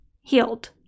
healed